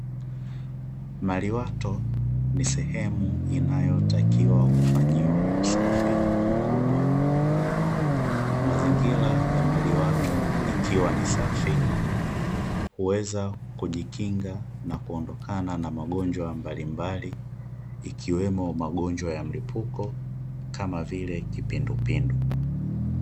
Maliwatu ni sehemu inayotakiwa kufanyiwa usafi mkubwa. Mazingira ya maliwatu ikiwa ni safi huweza kujikinga na kuondokana na magonjwa mbalimbali ikiwemo magonjwa ya mlipuko kama vile: kipindupindu.